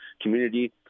community